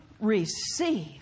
receive